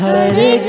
Hare